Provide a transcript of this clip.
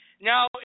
Now